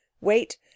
wait